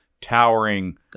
towering